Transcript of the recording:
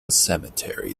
cemetery